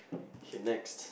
okay next